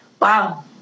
wow